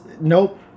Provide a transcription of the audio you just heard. Nope